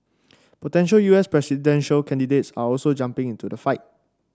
potential U S presidential candidates are also jumping into the fight